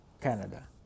Canada